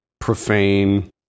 profane